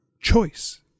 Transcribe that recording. choice